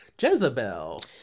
Jezebel